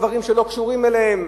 דברים שלא קשורים אליהם.